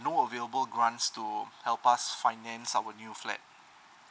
no available grants to help us finance our new flat